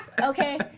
okay